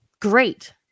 great